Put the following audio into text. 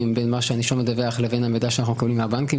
בין מה שהנישום מדווח לבין המידע שאנחנו מקבלים מהבנקים.